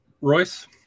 Royce